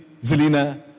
Zelina